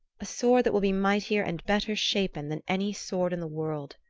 a sword that will be mightier and better shapen than any sword in the world.